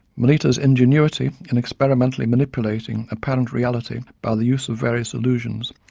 melita's ingenuity in experimentally manipulating apparent reality by the use of various illusions,